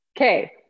Okay